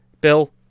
Bill